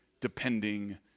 depending